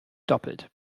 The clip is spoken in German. doppelt